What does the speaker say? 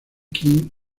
kim